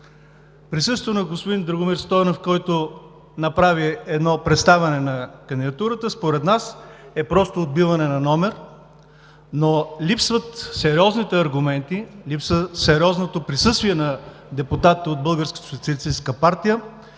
Присъствието на господин Драгомир Стойнев, който направи представяне на кандидатурата, според нас е просто отбиване на номер – липсват сериозните аргументи, липсва сериозното присъствие на депутати от